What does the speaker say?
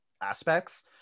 aspects